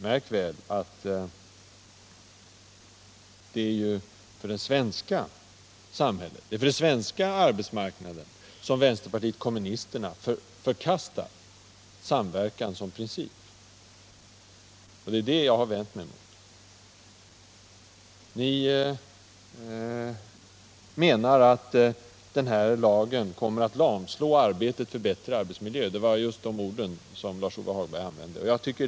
Märk väl att det är för den svenska arbetsmarknaden som vänsterpartiet kommunisterna förkastar samverkan som princip. Det är det jag har vänt mig emot. Ni menar att arbetsmiljölagen kommer att lamslå arbetet på att förbättra arbetsmiljön — Lars-Ove Hagberg använde just de orden.